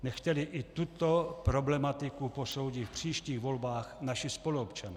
Nechť tedy i tuto problematiku posoudit v příštích volbách naši spoluobčané.